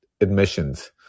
admissions